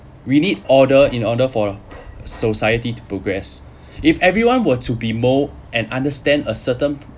we need order in order for society to progress if everyone were to be more and understand a certain